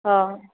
હા